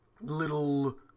little